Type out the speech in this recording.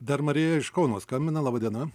dar marija iš kauno skambina laba diena